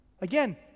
Again